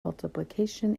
multiplication